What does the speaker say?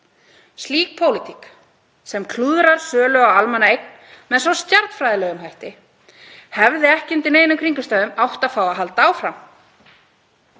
Slík pólitík sem klúðrar sölu á almannaeign með svo stjarnfræðilegum hætti hefði ekki undir neinum kringumstæðum átt að fá að halda áfram.